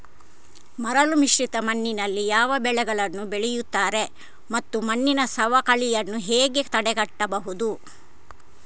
ಮರಳುಮಿಶ್ರಿತ ಮಣ್ಣಿನಲ್ಲಿ ಯಾವ ಬೆಳೆಗಳನ್ನು ಬೆಳೆಯುತ್ತಾರೆ ಮತ್ತು ಮಣ್ಣಿನ ಸವಕಳಿಯನ್ನು ಹೇಗೆ ತಡೆಗಟ್ಟಬಹುದು?